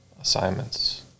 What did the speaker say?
assignments